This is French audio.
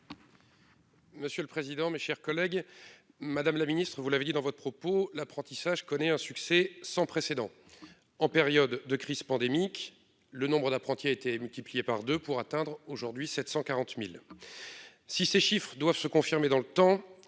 est à M. Pierre-Jean Verzelen. Madame la ministre, vous l'avez indiqué, l'apprentissage connaît un succès sans précédent. En période de crise pandémique, le nombre d'apprentis a été multiplié par deux, pour atteindre aujourd'hui 740 000. Même si ces chiffres doivent se confirmer dans le temps,